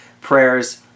prayers